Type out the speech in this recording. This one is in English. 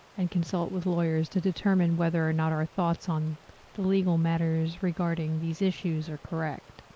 and consult with lawyers to determine whether or not our thoughts on the legal matters regarding these issues are correct.